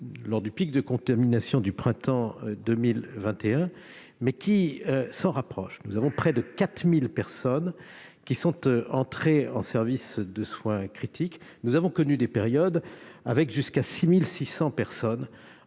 ceux du pic de contamination du printemps 2021, mais ils s'en approchent. Près de 4 000 personnes sont entrées en service de soins critiques. Nous avons connu des périodes où l'on recensait jusqu'à 6 600 personnes